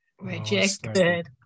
rejected